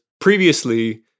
previously